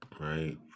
right